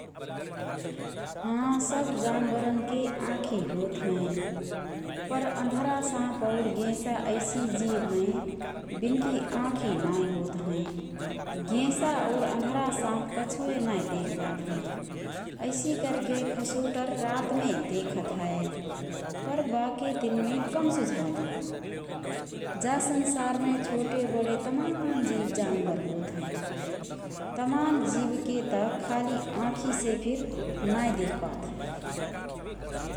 हँ सब जानबरनके आँखी होत हएँ, पर अन्धरा साँप और गेंसा ऐसि जीव हएँ बिनकी आँखी नाएँ होत हएँ । गेंसा और अन्धरा साँप कछुए नाएँ देखपात हए । ऐसि करके खसुटर रातमे देखत हए पर बाके दिनमे कम सुझात हए । जा संसारमे छोटे बडे तमान जीव जानबर होत हएँ । तमान जीवके त खाली आँखीसे फिर नाएँ देखपात हएँ ।